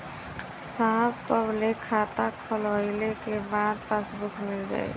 साहब कब ले खाता खोलवाइले के बाद पासबुक मिल जाई?